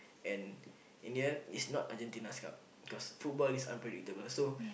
and in the end is not Argentina's cup because football is unpredictable so